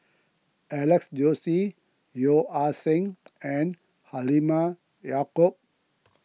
Alex Josey Yeo Ah Seng and Halimah Yacob